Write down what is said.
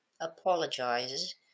apologizes